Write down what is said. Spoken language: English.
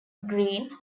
greene